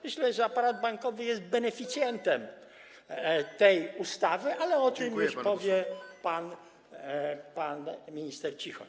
Myślę, że aparat bankowy jest beneficjentem tej ustawy, ale o tym powie już pan minister Cichoń.